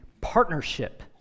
partnership